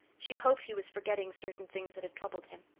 she hoped he was forgetting certain things that had troubled him.